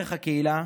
ערך הקהילה